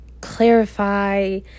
clarify